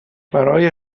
برای